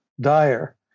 dire